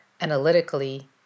analytically